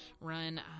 run